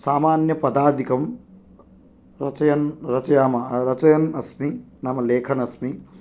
सामान्यपदादिकं रचयन् रचयाम रचयन् अस्मि नाम लिखन् अस्मि